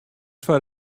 foar